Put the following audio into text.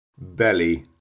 Belly